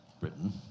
Britain